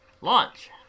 Launch